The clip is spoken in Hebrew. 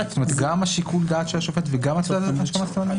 גם שיקול דעת השופט וגם הסכמת הצדדים?